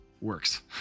works